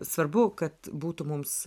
svarbu kad būtų mums